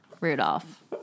Rudolph